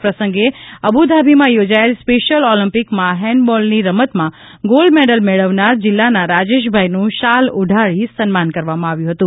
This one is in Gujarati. આ પ્રસંગે અબુધાબીમાં યોજાયેલ સ્પેશિયલ ઓલ્મ્પિકમાં હેન્ડબોલની રમતમાં ગોલ્ડ મેડલ મેળવનાર જિલ્લાના રાજેશભાઇનું શાલ ઓઢાડી સન્માન કરવામાં આવ્યું હતું